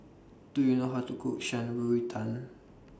Do YOU know How to Cook Shan Rui Tang